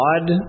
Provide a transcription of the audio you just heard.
God